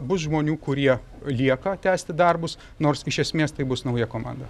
bus žmonių kurie lieka tęsti darbus nors iš esmės tai bus nauja komanda